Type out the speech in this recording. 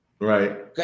Right